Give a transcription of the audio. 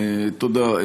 תודה.